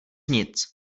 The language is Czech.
nic